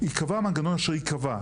ייקבע המנגנון אשר ייקבע,